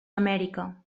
amèrica